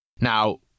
Now